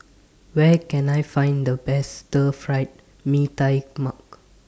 Where Can I Find The Best Stir Fry Mee Tai Mak